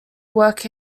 work